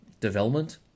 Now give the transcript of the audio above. development